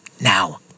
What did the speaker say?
now